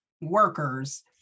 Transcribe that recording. workers